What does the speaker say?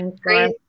Great